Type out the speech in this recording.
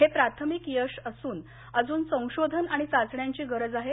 हे प्राथमिक यश असून अजून संशोधन आणि चाचण्यांची गरज आहे